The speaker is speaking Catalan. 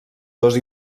dos